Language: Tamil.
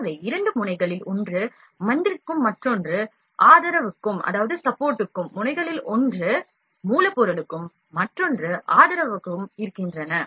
எனவே இரண்டு முனைகளில் ஒன்று மாதிரிக்கும் மற்றொன்று ஆதரவுக்கும் இருக்கின்றன